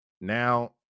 now